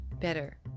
better